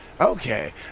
okay